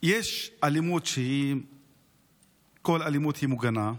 שיש אלימות, כל אלימות היא מגונה,